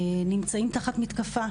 נמצאים תחת מתקפה